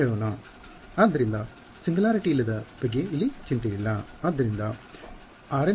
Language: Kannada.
ಆದ್ದರಿಂದ ಸಿಂಗುಲಾರಿಟಿ ಇಲ್ಲದ ಬಗ್ಗೆ ಇಲ್ಲಿ ಚಿಂತೆ ಇಲ್ಲ